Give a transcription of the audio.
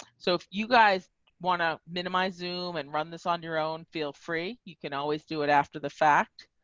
so if you guys want to minimize zoom and run this on your own, feel free. you can always do it after the fact.